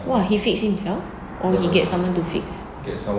!wah! he fix himself or you get someone to fix